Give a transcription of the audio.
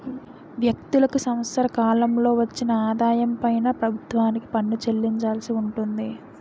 వ్యక్తులకు సంవత్సర కాలంలో వచ్చిన ఆదాయం పైన ప్రభుత్వానికి పన్ను చెల్లించాల్సి ఉంటుంది